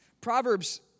Proverbs